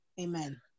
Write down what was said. Amen